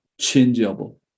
changeable